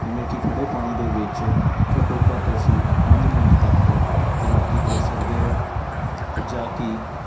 ਜਿਵੇਂ ਕਿ ਖੜ੍ਹੇ ਪਾਣੀ ਦੇ ਵਿੱਚ ਘੱਟੋ ਘੱਟ ਅਸੀਂ ਪੰਜ ਮਿੰਟ ਤੱਕ ਤੈਰਾਕੀ ਕਰ ਸਕਦੇ ਹਾਂ ਜਾਂ ਕਿ